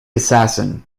assassin